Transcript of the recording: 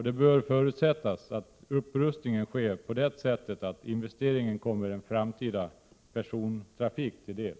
Det bör förutsättas att upprustningen sker på det sättet att investeringen kommer en framtida persontrafik till del.